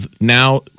now